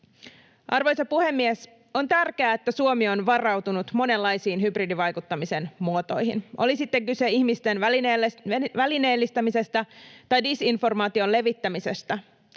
Arvoisa puhemies! On tärkeää, että Suomi on varautunut monenlaisiin hybridivaikuttamisen muotoihin, oli sitten kyse ihmisten välineellistämisestä tai disinformaation levittämisestä.